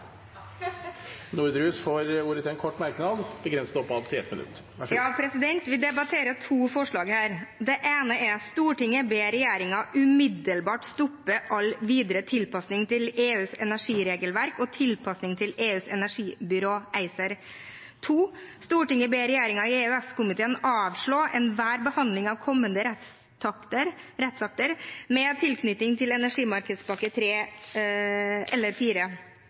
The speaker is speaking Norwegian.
får ordet til en kort merknad, begrenset til 1 minutt. Vi debatterer to forslag. Det ene er: «Stortinget ber regjeringen umiddelbart stoppe all videre tilpasning til EUs energiregelverk og tilpasning til EUs energibyrå ACER.» Det andre forslaget er: «Stortinget ber regjeringen i EØS-komiteen avslå enhver behandling av kommende rettsakter med tilknytning til EUs energimarkedspakke 3 eller